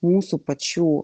mūsų pačių